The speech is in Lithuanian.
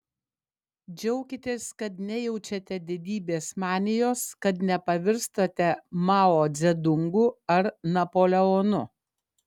džiaukitės kad nejaučiate didybės manijos kad nepavirstate mao dzedungu ar napoleonu